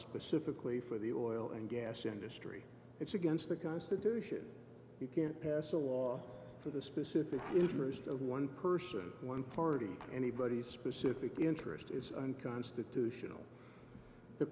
specifically for the oil and gas industry it's against the constitution you can't pass a law for the specific interest of one person one party anybody specific interest is unconstitutional the